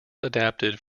adapted